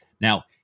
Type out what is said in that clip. Now